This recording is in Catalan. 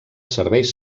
serveis